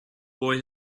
boy